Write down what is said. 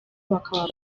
bakaba